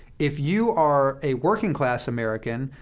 if you are a working-class american,